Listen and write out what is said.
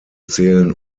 zählen